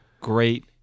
great